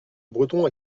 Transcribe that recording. breton